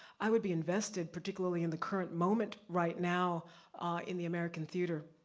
i would be invested, particularly in the current moment right now in the american theater,